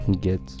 Get